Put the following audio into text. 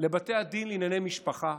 לבתי הדין לענייני משפחה,